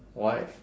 why